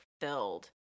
filled